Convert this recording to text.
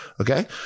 Okay